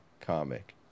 comic